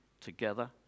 together